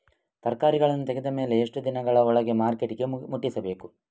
ತರಕಾರಿಗಳನ್ನು ತೆಗೆದ ಮೇಲೆ ಎಷ್ಟು ದಿನಗಳ ಒಳಗೆ ಮಾರ್ಕೆಟಿಗೆ ಮುಟ್ಟಿಸಬೇಕು?